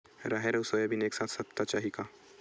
राहेर अउ सोयाबीन एक साथ सप्ता चाही का?